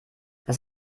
das